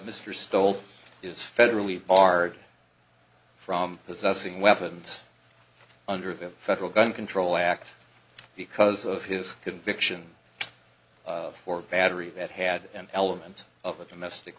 mr stoll is federally barred from possessing weapons under the federal gun control act because of his conviction for battery that had an element of a domestic